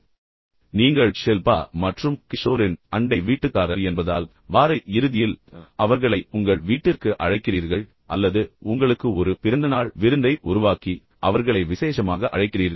இந்த விஷயத்தில் நீங்கள் ஷில்பா மற்றும் கிஷோரின் அண்டை வீட்டுக்காரர் என்பதால் வார இறுதியில் அவர்கள் ஆசுவாசப்படுத்தி கொண்டிருக்கின்ற நேரத்தில் அவர்களை உங்கள் வீட்டிற்கு அழைக்கிறீர்கள் அல்லது உங்களுக்கு ஒரு பிறந்தநாள் விருந்தை உருவாக்கி பின்னர் அவர்களை விசேஷமாக அழைக்கிறீர்கள்